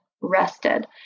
rested